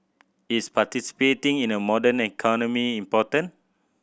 is participating in a modern economy important